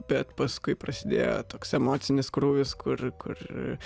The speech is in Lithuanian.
bet paskui prasidėjo toks emocinis krūvis kur kur